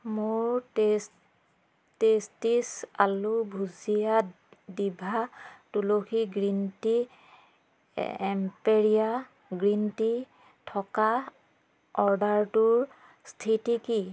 মোৰ টেচ্ টেষ্টীছ aloo bhujia Diva Tulsi green tea এ এম্পেৰীয়া গ্ৰীণ টি থকা অৰ্ডাৰটোৰ স্থিতি কি